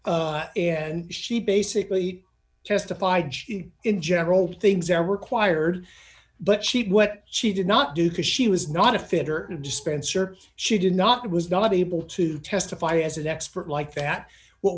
and she basically testified in general things are required but she did what she did not do because she was not a fitter dispenser she did not was not able to testify as an expert like that what